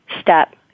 step